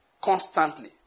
constantly